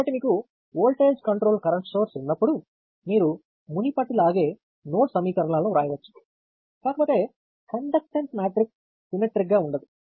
కాబట్టి మీకు voltage control current source ఉన్నప్పుడు మీరు మునుపటిలాగా నోడ్ సమీకరణాలను వ్రాయవచ్చు కాకపోతే కండక్టెన్స్ మ్యాట్రిక్స్ సిమెట్రిక్ గా ఉండదు